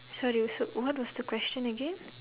so do you also what was the question again